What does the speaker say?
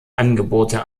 angebote